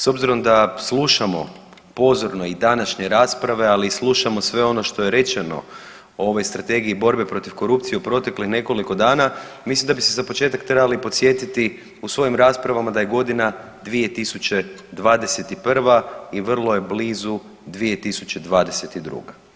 S obzirom da slušamo pozorno i današnje rasprave, ali i slušamo sve ono što je rečeno o ovoj Strategiji borbe protiv korupcije u proteklih nekoliko dana mislim da bi se za početak trebali podsjetiti u svojim raspravama da je godina 2021. i vrlo je blizu 2022.